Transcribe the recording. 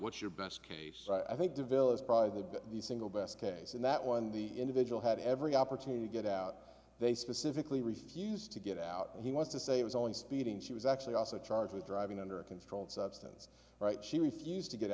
what's your best case i think develops probably the but the single best case in that one the individual had every opportunity to get out they specifically refused to get out he was to say it was only speeding she was actually also charged with driving under a controlled substance right she refused to get